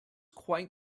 quite